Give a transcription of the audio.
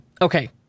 Okay